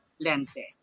Lente